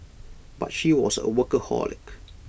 but she was A workaholic